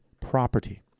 property